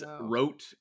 wrote